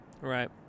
right